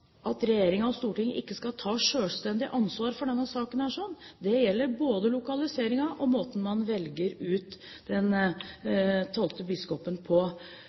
at regjering og storting ikke skal ha selvstendig ansvar for denne saken. Det gjelder både lokaliseringen og måten man velger ut den tolvte biskopen på.